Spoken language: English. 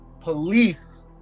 police